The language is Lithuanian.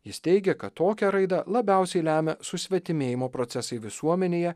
jis teigia kad tokią raidą labiausiai lemia susvetimėjimo procesai visuomenėje